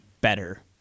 better